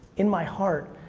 in my heart,